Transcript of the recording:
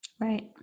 Right